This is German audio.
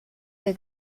der